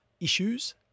issues